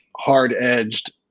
hard-edged